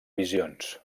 visions